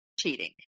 cheating